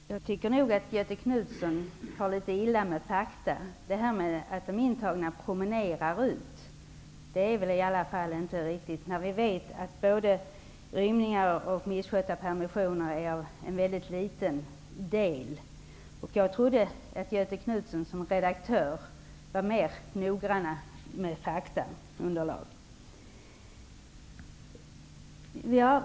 Herr talman! Jag tycker nog att Göthe Knutson far litet illa med fakta. Att de intagna promenerar ut är i alla fall inte riktigt. Vi vet att både rymningar och misskötta permissioner är en mycket liten del. Jag trodde att Göthe Knutson som redaktör var mer noggrann med faktaunderlag.